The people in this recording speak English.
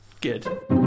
good